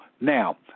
Now